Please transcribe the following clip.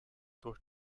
durch